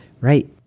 Right